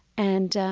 and